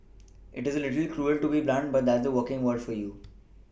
it is a little cruel to be blunt but that's the working world for you